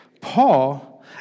Paul